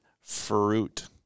fruit